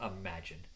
imagine